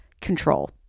Control